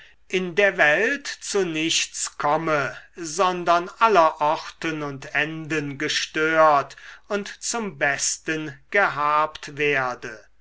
in der welt zu nichts komme sondern aller orten und enden gestört und zum besten gehabt werde